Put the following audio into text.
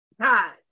God